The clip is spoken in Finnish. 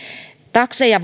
takseja